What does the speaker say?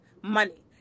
money